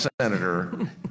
senator